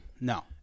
No